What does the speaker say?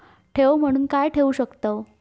ठेव म्हणून काय ठेवू शकताव?